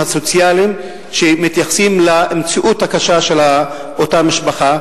הסוציאליים שמתייחסים למציאות הקשה של אותה משפחה.